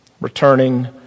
returning